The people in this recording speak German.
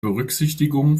berücksichtigung